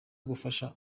gufasha